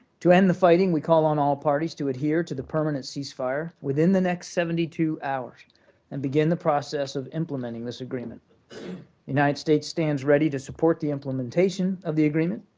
to end the fighting we call on all parties to adhere to the permanent ceasefire within the next seventy two hours and begin the process of implementing this agreement. the united states stands ready to support the implementation of the agreement,